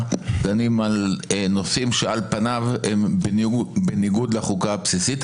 דנים על נושאים שעל פניו הם בניגוד לחוקה הבסיסית.